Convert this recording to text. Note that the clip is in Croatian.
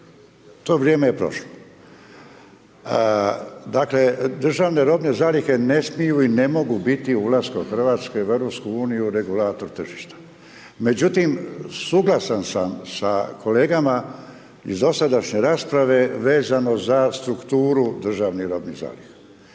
to vrijeme je prošlo. Dakle, državne robne zalihe ne smiju i ne mogu biti ulaskom Hrvatske u EU regulator tržišta. Međutim, suglasan sam sa kolegama iz dosadašnje rasprave vezano za strukturu državnih robnih zaliha.